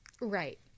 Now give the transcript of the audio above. right